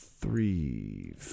three